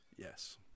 Yes